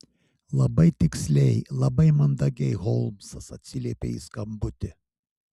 labai tiksliai labai mandagiai holmsas atsiliepė į skambutį